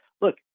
look